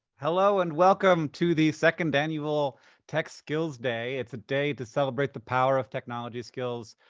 hello and welcome to the second annual tech skills day. it's a day to celebrate the power of technology skills,